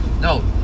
No